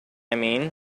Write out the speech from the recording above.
mean